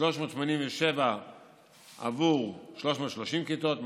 ו-387,000 עבור 330 כיתות,